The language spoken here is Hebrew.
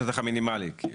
השטח המינימלי.